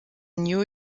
new